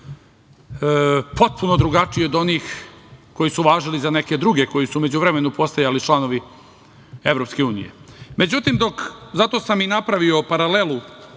potpuno drugačiji od onih koji su važili za neke druge koji su u međuvremenu postojali članovi EU. Međutim, zato sam i napravio paralelu